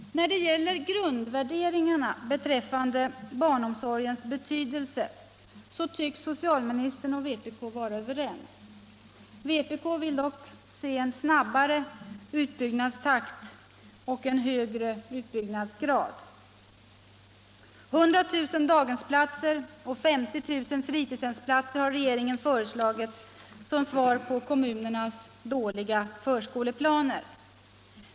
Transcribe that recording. När det gäller grundvärderingarna beträffande barnomsorgens betydelse tycks socialministern och vpk vara överens. Vpk vill dock se en snabbare utbyggnadstakt och en högre utbyggnadsgrad. 100 000 daghemsplatser och 50 000 fritidshemsplatser har regeringen föreslagit som svar på kommunernas dåliga förskoleplaner.